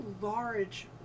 large